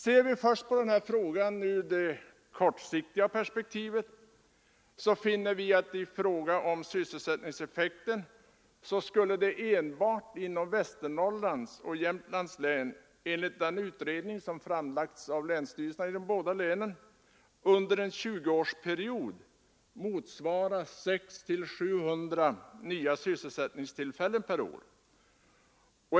Ser vi först på denna fråga i det kortsiktiga perspektivet finner vi att sysselsättningseffekten enbart inom Västernorrlands och Jämtlands län — enligt den utredning som framlagts av länsstyrelserna i de båda länen — under en 20-årsperiod skulle motsvara 600-700 nya sysselsättningstillfällen per år.